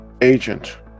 agent